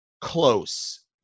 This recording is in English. close